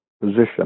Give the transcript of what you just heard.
position